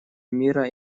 мира